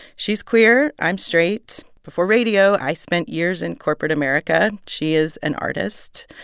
she's queer i'm straight. before radio, i spent years in corporate america she is an artist.